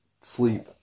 sleep